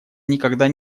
никогда